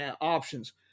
options